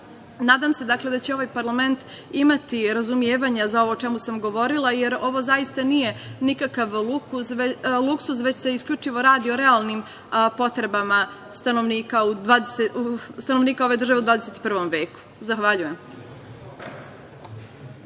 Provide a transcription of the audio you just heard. dakle, da će ovaj parlament imati razumevanja za ovo o čemu sam govorila, jer ovo zaista nije nikakav luksuz, jer se isključivo radi o realnim potrebama stanovnika ove države u 21. veku. Zahvaljujem.